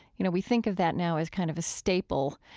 you know, we think of that now as kind of a staple,